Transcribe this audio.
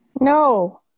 No